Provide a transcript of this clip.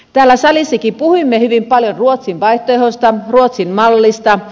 täällä salissakin puhuimme hyvin paljon ruotsin vaihtoehdosta ruotsin mallista